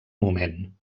moment